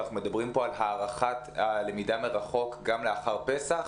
אנחנו מדברים פה על הארכת הלמידה מרחוק גם לאחר פסח,